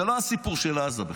זה לא הסיפור של עזה בכלל.